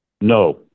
No